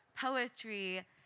poetry